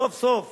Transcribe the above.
סוף-סוף